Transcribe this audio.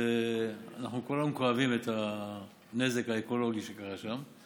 אנחנו כולנו כואבים את הנזק האקולוגי שקרה שם,